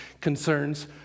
concerns